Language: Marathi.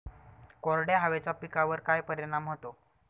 कोरड्या हवेचा पिकावर काय परिणाम होतो?